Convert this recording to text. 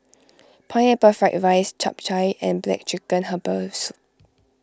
Pineapple Fried Rice Chap Chai and Black Chicken Herbal Soup